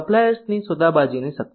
સપ્લાયર્સની સોદાબાજીની શક્તિ